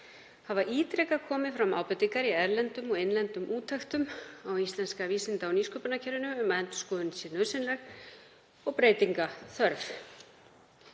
hafa ítrekað komið fram ábendingar í erlendum og innlendum úttektum á íslenska vísinda- og nýsköpunarkerfinu um að endurskoðun sé nauðsynleg og breytinga þörf.